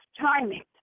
timing